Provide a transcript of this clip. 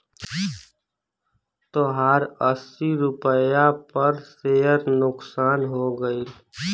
तोहार अस्सी रुपैया पर सेअर नुकसान हो गइल